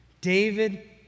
David